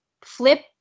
flip